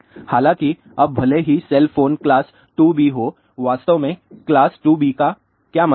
हालाँकि अब भले ही सेल फोन क्लास 2B हो वास्तव में क्लास 2B का क्या मतलब है